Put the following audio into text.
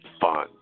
fun